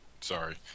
Sorry